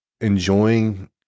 enjoying